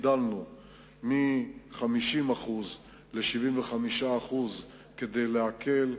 הגדלנו מ-50% ל-75% כדי להקל.